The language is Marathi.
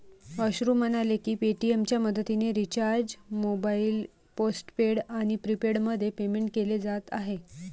अश्रू म्हणाले की पेटीएमच्या मदतीने रिचार्ज मोबाईल पोस्टपेड आणि प्रीपेडमध्ये पेमेंट केले जात आहे